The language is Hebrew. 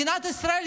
מדינת ישראל,